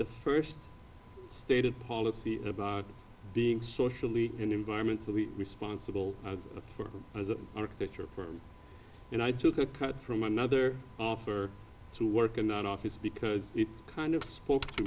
the first stated policy about being socially and environmentally responsible for architecture and i took a cut from another offer to work in an office because it kind of spoke to